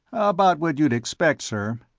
about what you'd expect, sir.